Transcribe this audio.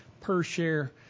per-share